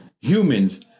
Humans